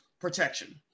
protection